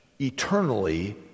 eternally